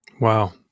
Wow